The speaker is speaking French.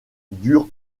dure